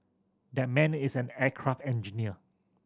that man is an aircraft engineer